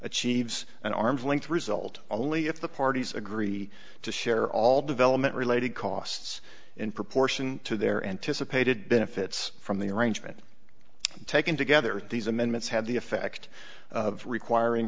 achieves an arm's length result only if the parties agree to share all development related costs in proportion to their anticipated benefits from the arrangement taken together these amendments have the effect of requiring